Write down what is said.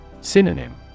Synonym